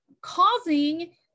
causing